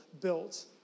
built